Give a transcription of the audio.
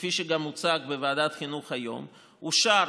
כפי שגם הוצג בוועדת החינוך היום, אושר